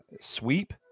sweep